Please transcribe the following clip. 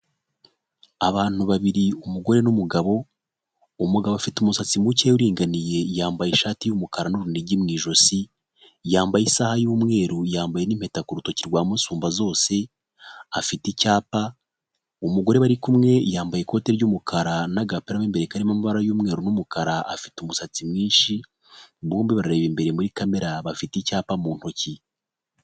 Abantu babiri umugore n'umugabo, umugabo ufite umusatsi mukeya uringaniye, yambaye ishati y'umukara n'urunigi mu ijosi, yambaye isaha y'umweru, yambaye n'impeta ku rutoki rwa musumbazose, afite icyapa, umugore bari kumwe yambaye ikote ry'umukara n'agapira mo imbere karimo amabara ry'umweru n'umukara, afite umusatsi mwinshi, bombi barareba imbere muri kamera, bafite icyapa mu ntoki.